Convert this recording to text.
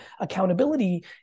Accountability